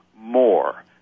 more